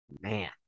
Man